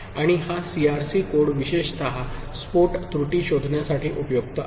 आणि हा CRC code विशेषतः स्फोट त्रुटी शोधण्यासाठी उपयुक्त आहे